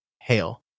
hail